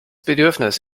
bedürfnis